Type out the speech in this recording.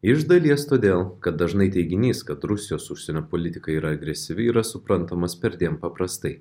iš dalies todėl kad dažnai teiginys kad rusijos užsienio politika yra agresyvi yra suprantamas perdėm paprastai